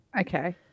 Okay